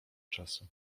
czasu